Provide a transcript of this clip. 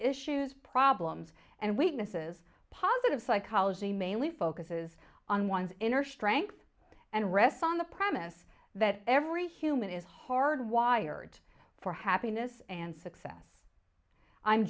issues problems and weaknesses positive psychology mainly focuses on one's inner strength and rests on the promise that every human is hard wired for happiness and success i'm